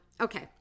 Okay